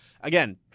Again